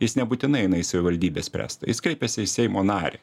jis nebūtinai eina į savivaldybę spręst jis kreipiasi į seimo narį